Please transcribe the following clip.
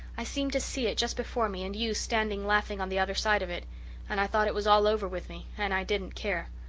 i seemed to see it just before me and you standing laughing on the other side of it and i thought it was all over with me. and i didn't care.